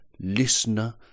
listener